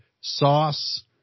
sauce